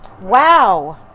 Wow